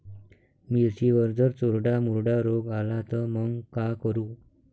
मिर्चीवर जर चुर्डा मुर्डा रोग आला त मंग का करू?